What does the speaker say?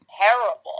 terrible